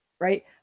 right